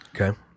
Okay